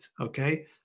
Okay